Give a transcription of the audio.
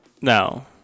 No